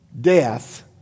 death